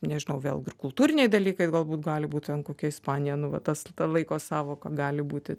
nežinau vėlgi ir kultūriniai dalykai galbūt gali būt ten kokia ispanija nu va tas ta laiko sąvoka gali būti